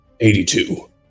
82